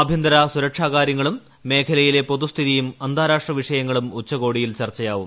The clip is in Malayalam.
ആഭ്യന്തര സുരക്ഷ കാര്യങ്ങളും മേഖലയിലെ പൊതുസ്ഥിതിയും അന്താരാഷ്ട്ര വിഷയങ്ങളും ഉച്ചകോടിയിൽ ചർച്ചയാവും